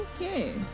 Okay